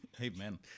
amen